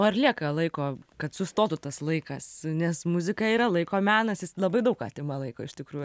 o ar lieka laiko kad sustotų tas laikas nes muzika yra laiko menas jis labai daug atima laiko iš tikrųjų